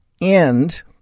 end